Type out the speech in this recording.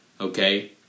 okay